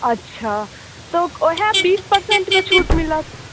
अच्छा तऽ ओएहे बीस परसेन्ट के छूट मिलत